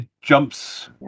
jumps